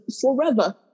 forever